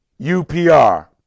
UPR